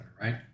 right